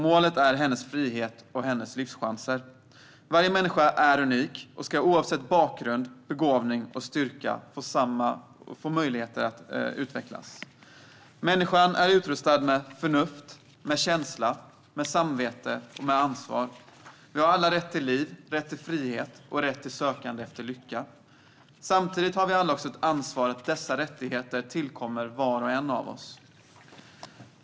Målet är hennes frihet och hennes livschanser. Varje människa är unik och ska oavsett bakgrund, begåvning eller styrka få möjligheter att utvecklas. Människan är utrustad med förnuft, känsla, samvete och ansvar. Vi har alla rätt till liv, rätt till frihet och rätt till sökande efter lycka. Samtidigt har vi alla också ett ansvar för att dessa rättigheter tillkommer var och en av oss.